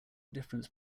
difference